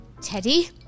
Teddy